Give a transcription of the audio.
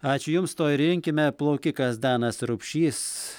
ačiū jums to ir linkime plaukikas danas rupšys